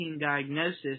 diagnosis